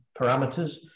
parameters